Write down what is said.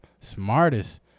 smartest